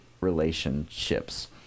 relationships